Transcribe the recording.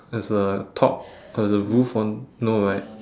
as a top uh the roof on no right